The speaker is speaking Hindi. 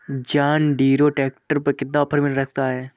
जॉन डीरे ट्रैक्टर पर कितना ऑफर मिल सकता है?